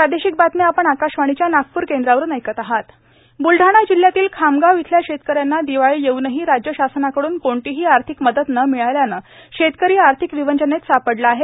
राज्य सरकारचा निषेध ब्लढाणा जिल्ह्यातील खामगाव येथील शेतकऱ्यांना दिवाळी येऊनही राज्य शासनाकड्रन कोणतीही आर्थिक मदत न मिळाल्याने शेतकरी आर्थिक विवंचनेत सापडला आहे